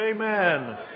Amen